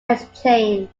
exchange